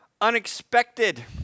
unexpected